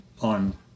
on